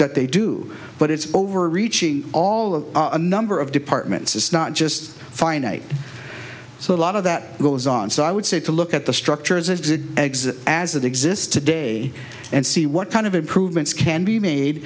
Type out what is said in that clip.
that they do but it's over reaching all of a number of departments it's not just finite so a lot of that goes on so i would say to look at the structures and exit as it exists today and see what kind of improvements can be made